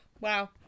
Wow